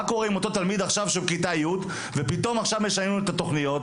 מה קורה עם אותו תלמיד שעכשיו בכיתה י' ופתאום משנים לו את התוכניות?